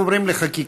אנחנו עוברים לחקיקה.